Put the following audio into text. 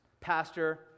pastor